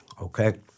okay